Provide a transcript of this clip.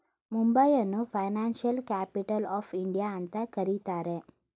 ಮುಂಬೈಯನ್ನು financial capital of India ಅಂತ ಕರಿತರೆ